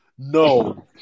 No